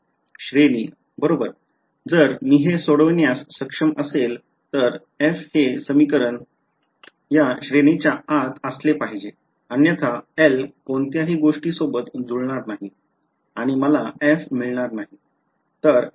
श्रेणी बरोबर जर मी हे सोडवण्यास सक्षम असेल तर f हे समीकरण या श्रेणीच्या आत असले पाहिजे अन्यथा L कोणत्याही गोष्टी सोबत जुळणार नाही आणि मला f मिळणार नाही